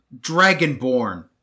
Dragonborn